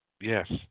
Yes